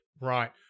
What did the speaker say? Right